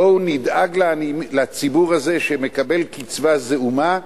בואו נדאג לציבור הזה, שמקבל קצבה זעומה: